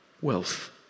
wealth